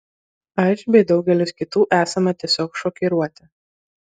aš bei daugelis kitų esame tiesiog šokiruoti